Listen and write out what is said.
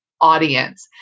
audience